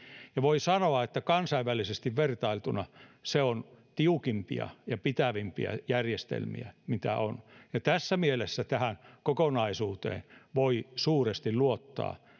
ja voi sanoa että kansainvälisesti vertailtuna se on tiukimpia ja pitävimpiä järjestelmiä mitä on tässä mielessä tähän kokonaisuuteen voi suuresti luottaa